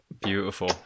Beautiful